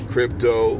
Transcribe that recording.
Crypto